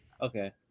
Okay